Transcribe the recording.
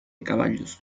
caballos